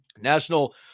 national